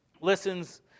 listens